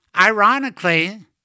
ironically